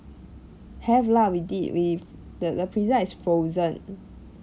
have lah we did we've the the pizza is frozen